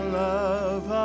love